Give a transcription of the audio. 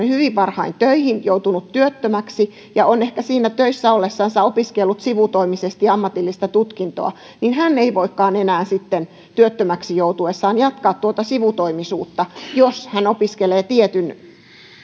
hyvin varhain töihin joutunut työttömäksi ja on ehkä siinä töissä ollessansa opiskellut sivutoimisesti ammatillista tutkintoa hän ei voikaan enää sitten työttömäksi joutuessaan jatkaa tuota sivutoimisuutta jos hän opiskelee tietyn